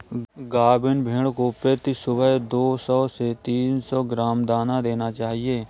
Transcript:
गाभिन भेड़ को प्रति सुबह दो सौ से तीन सौ ग्राम दाना देना चाहिए